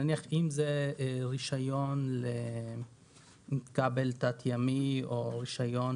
אם זה נניח רישיון לכבל תת-ימי או רישיון